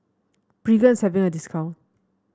Pregain is having a discount